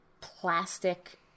plastic